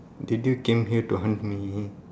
did you come here to hunt me